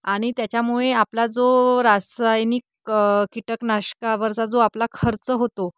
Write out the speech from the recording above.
आणि त्याच्यामुळे आपला जो रासायनिक कीटकनाशकावरचा जो आपला खर्च होतो